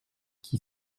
qui